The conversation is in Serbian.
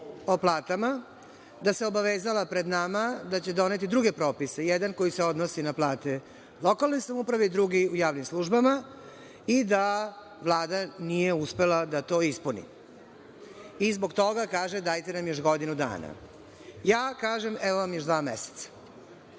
o platama, da se obavezala pred nama da će doneti druge propise, jedan koji se odnosi na plate u lokalnoj samoupravi, drugi u javnim službama i da Vlada nije uspela da to ispuni i zbog toga kaže – dajte nam još godinu dana. Ja kažem – evo vam još dva meseca. Vlada